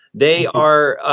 they are.